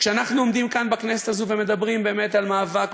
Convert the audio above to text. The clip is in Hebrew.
וכשאנחנו עומדים כאן בכנסת הזו ומדברים באמת על מאבק